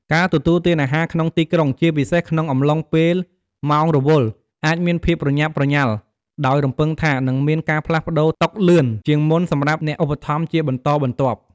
ការទទួលទានអាហារក្នុងទីក្រុង ជាពិសេសក្នុងអំឡុងពេលម៉ោងរវល់ អាចមានភាពប្រញាប់ប្រញាល់ ដោយរំពឹងថានឹងមានការផ្លាស់ប្តូរតុលឿនជាងមុនសម្រាប់អ្នកឧបត្ថម្ភជាបន្តបន្ទាប់។